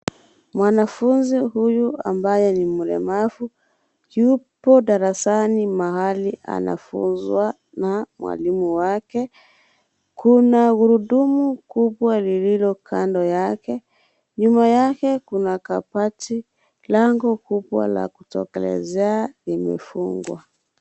Mwanafunzi huyu ambaye ni mlemavu yupo darasani mahali anafunzwa na mwalimu wake. Kuna gurudumu kubwa lililo kando yake. Nyuma yake kuna kabati, lango kubwa la kutokelezea imefungwa.